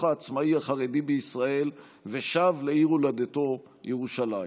העצמאי החרדי בישראל ושב לעיר הולדתו ירושלים.